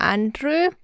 Andrew